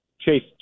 chase